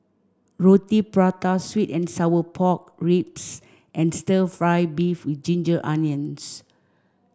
Roti Prata sweet and sour pork ribs and stir fry beef with ginger onions